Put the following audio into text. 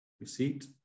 Receipt